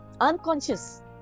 unconscious